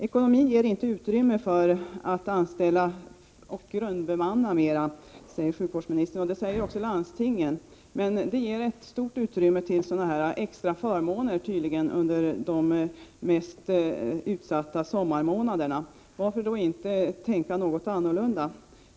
Ekonomin ger inte utrymme för att anställa och grundbemanna mera, säger sjukvårdsministern, och det säger också landstingen. Men det finns tydligen stort utrymme för extra förmåner under de mest utsatta sommarmånaderna. Varför då inte tänka något annorlunda?